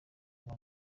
aba